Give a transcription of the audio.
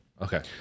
Okay